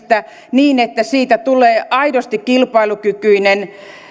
niin että siitä tulee aidosti kilpailukykyinen